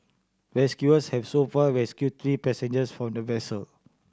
rescuers have so far rescued three passengers from the vessel